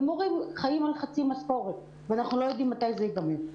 ומורים חיים על חצי משכורת כשאנחנו לא יודעים מתי זה ייגמר.